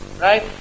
right